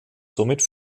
somit